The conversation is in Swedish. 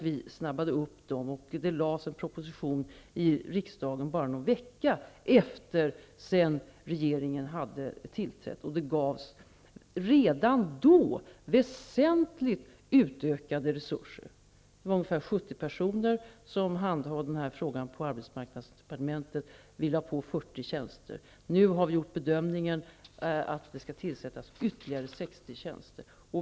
Vi snabbade på dem, och det lades fram en proposition i riksdagen bara någon vecka efter det att regeringen hade tillträtt. Det gavs redan då väsentligt utökade resurser. Det var ungefär 70 personer som hade hand om den här frågan på arbetsmarknadsdepartementet. Vi utökade med 40 tjänster. Vi har nu gjort den bedömningen att det skall tillsättas ytterligare 60 tjänster.